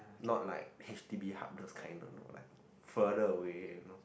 not like H_D_B hub this kind no no like further away you know